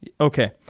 Okay